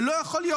ולא יכול להיות,